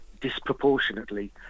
disproportionately